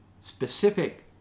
specific